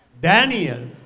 Daniel